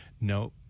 No